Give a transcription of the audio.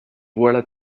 voilà